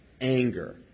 anger